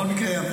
בכל מקרה,